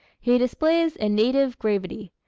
he displays a native gravity,